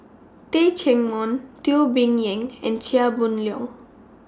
Teh Cheang Wan Teo Bee Yen and Chia Boon Leong